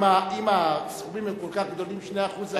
אם הסכומים הם כל כך גדולים, 2% זה הרבה כסף.